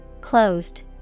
Closed